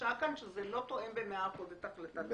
מדגישה כאן שזה לא תואם במאה אחוז את החלטת הממשלה.